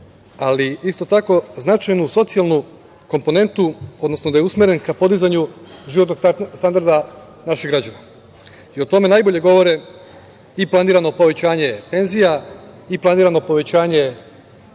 ali isto tako značajnu socijalnu komponentu, odnosno da je usmeren ka podizanju životnog standarda naših građana. O tome najbolje govore i planirano povećanje penzija i planirano povećanje